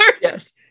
yes